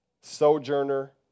sojourner